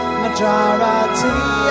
majority